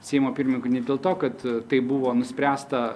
seimo pirmininku ne dėl to kad tai buvo nuspręsta